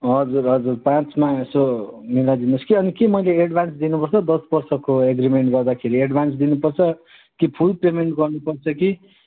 हजुर हजुर पाँचमा यसो मिलाइदिनु होस् कि अनि के मैले एडभान्स दिनुपर्छ दस वर्षको एग्रिमेन्ट गर्दाखेरि एडभान्स दिनुपर्छ कि फुल पेमेन्ट गर्नुपर्छ कि